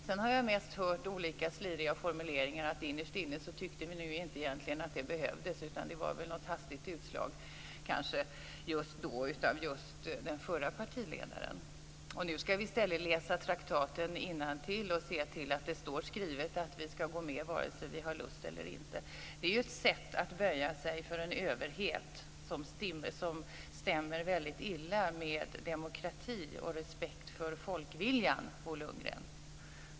Sedan har jag mest hört olika sliriga formuleringar om att man innerst inne egentligen inte tyckte att det behövdes, utan att det var något hastigt utslag just då av just den förre partiledaren. Nu ska vi i stället läsa traktaten innantill och se till att det står skrivet att vi ska gå med vare sig vi har lust eller inte. Detta är ju ett sätt att böja sig för en överhet som stämmer väldigt illa med demokrati och respekt för folkviljan, Bo Lundgren.